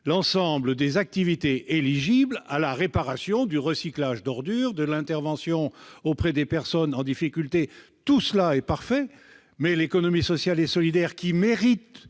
confinent les activités éligibles aux secteurs de la réparation, du recyclage d'ordures ou de l'intervention auprès des personnes en difficulté. Tout cela est parfait, mais l'économie sociale et solidaire, y compris